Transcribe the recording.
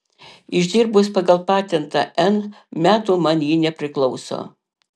išdirbus pagal patentą n metų man ji nepriklauso